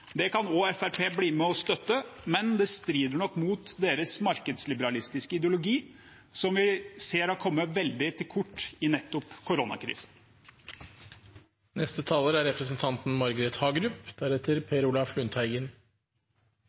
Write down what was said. Det kan også Fremskrittspartiet bli med og støtte. Men det strir nok mot deres markedsliberalistiske ideologi, som vi ser har kommet veldig til kort i nettopp